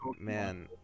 man